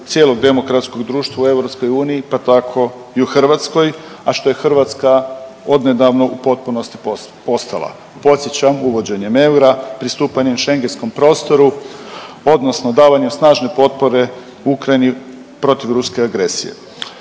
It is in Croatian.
cijelog demokratskog društva u EU pa tako i u Hrvatskoj, a što je Hrvatska odnedavno u potpunosti postala. Podsjećam uvođenjem eura, pristupanjem Schengenskom prostoru odnosno davanjem snažne potpore Ukrajini protiv ruske agresije.